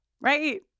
right